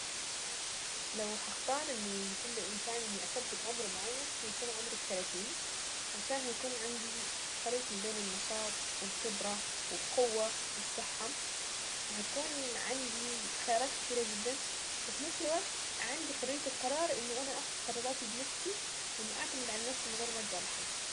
لو هختار انه يكون بامكاني اني اثبت عمر معين هيكون عمر التلاتين. عشان هيكون عندي خليط ما بين النشاط والخبرة والقوة والصحة، وهتكون عندي خيارات كتيرة جدا، وفي نفس الوقت عندي حرية القرار انه انا اخد قراراتي بنفسي، وانه اعتمد على نفسي من غير ما ارجع لحد.